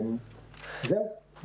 זהו,